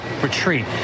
retreat